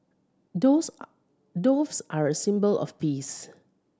doves are doves are a symbol of peace